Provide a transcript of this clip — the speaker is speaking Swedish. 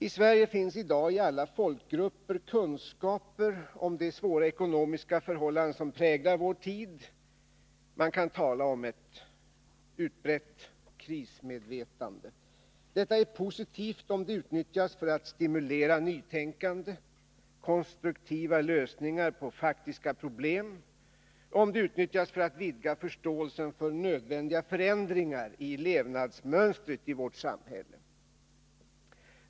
I Sverige finns i dag i alla folkgrupper kunskaper om de svåra ekonomiska förhållanden som präglar vår tid. Man kan tala om ett utbrett krismedvetande. Detta är positivt om det utnyttjas för att stimulera nytänkande, konstruktiva lösningar på faktiska problem och om det utnyttjas för att vidga förståelsen för nödvändiga förändringar i levnadsmönstret i vårt samhälle.